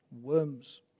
Worms